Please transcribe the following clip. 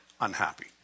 unhappy